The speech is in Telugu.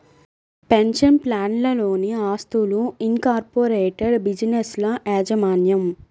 పెన్షన్ ప్లాన్లలోని ఆస్తులు, ఇన్కార్పొరేటెడ్ బిజినెస్ల యాజమాన్యం